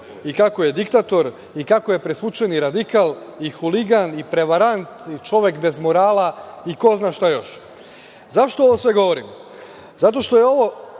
i kako je diktator i kako je presvučeni radikal i huligan, prevarant, čovek bez morala i ko zna šta još.Zašto ovo sve govorim? Zato što je ovo